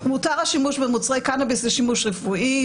-- מותר השימוש במוצרי "קנביס לשימוש רפואי",